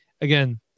again